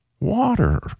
water